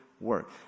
work